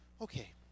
Okay